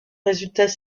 résultats